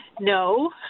No